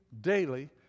daily